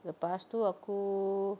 lepas itu aku